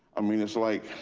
i mean, it's like,